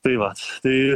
tai va tai